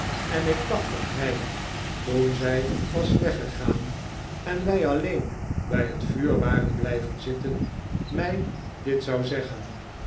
en ik dacht dat hij toen zij was weggegaan en wij alleen bij het vuur waren blijven zitten mij dit zou zeggen